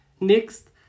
Next